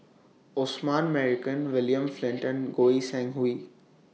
Osman Merican William Flint and Goi Seng Hui